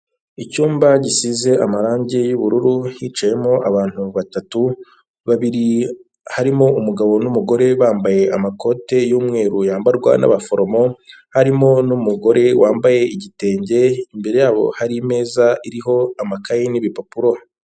Icyumba gisize amarangi y'ubururu, hicayemo abantu batatu, babiri harimo umugabo n'umugore bambaye amakoti y'umweru yambarwa n'abaforomo, harimo n'umugore wambaye igitenge, imbere yabo hari imeza iriho amakayi n'ibipapuro.